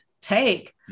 take